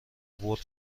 بٌرد